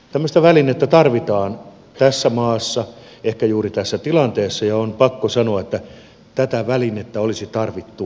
tällaista välinettä tarvitaan tässä maassa ehkä juuri tässä tilanteessa ja on pakko sanoa että tätä välinettä olisi tarvittu jo hetki sitten